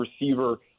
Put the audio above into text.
receiver